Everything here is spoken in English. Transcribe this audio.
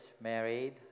married